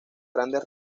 grandes